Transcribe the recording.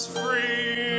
free